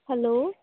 hello